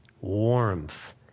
warmth